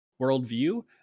worldview